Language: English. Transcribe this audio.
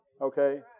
Okay